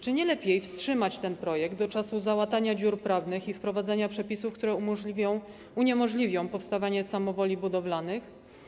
Czy nie lepiej wstrzymać ten projekt do czasu załatania dziur prawnych i wprowadzenia przepisów, które uniemożliwią powstawanie samowoli budowlanych?